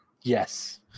Yes